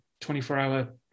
24-hour